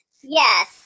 Yes